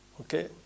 okay